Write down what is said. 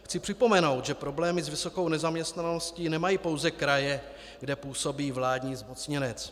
Chci připomenout, že problémy s vysokou nezaměstnaností nemají pouze kraje, kde působí vládní zmocněnec.